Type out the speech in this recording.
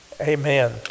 amen